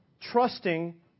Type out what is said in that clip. trusting